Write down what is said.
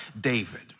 David